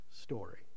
story